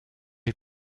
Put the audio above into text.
est